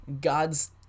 God's